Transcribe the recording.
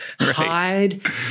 hide